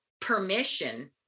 permission